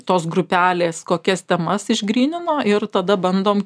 tos grupelės kokias temas išgrynino ir tada bandom